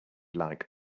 like